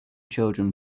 children